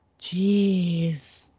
Jeez